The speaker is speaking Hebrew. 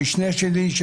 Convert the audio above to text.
המשנה שלי,